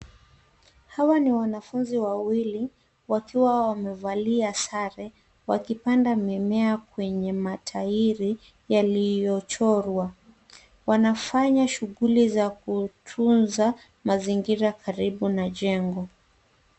Hawa ni wanafunzi wawili wakiwa wamevalia sare wakipanda mimea kwenye matairi yaliyochorwa. Wanafanya shuguli za kutunza mazingira karibu na jengo.